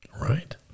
Right